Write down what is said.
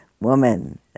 woman